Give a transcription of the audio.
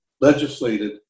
legislated